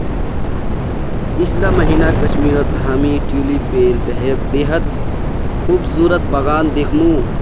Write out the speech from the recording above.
पीछला महीना कश्मीरत हामी ट्यूलिपेर बेहद खूबसूरत बगान दखनू